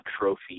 trophy